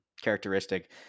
characteristic